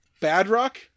Badrock